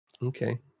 Okay